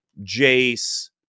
Jace